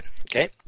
Okay